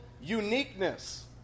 uniqueness